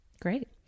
great